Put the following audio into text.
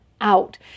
out